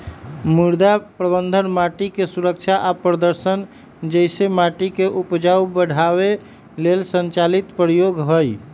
मृदा प्रबन्धन माटिके सुरक्षा आ प्रदर्शन जइसे माटिके उपजाऊ बढ़ाबे लेल संचालित प्रयोग हई